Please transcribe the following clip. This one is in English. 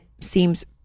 seems